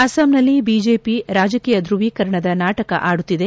ಅಸ್ಸಾಂನಲ್ಲಿ ಬಿಜೆಪಿ ರಾಜಕೀಯ ಧ್ಯವೀಕರಣದ ನಾಟಕ ಆಡುತ್ತಿದೆ